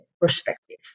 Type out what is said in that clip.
perspective